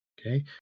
okay